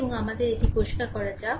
এবং আমাদের এটি পরিষ্কার করা যাক